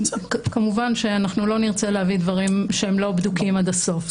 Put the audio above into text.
כמובן שאנחנו לא נרצה להביא דברים שהם לא בדוקים עד הסוף,